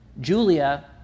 Julia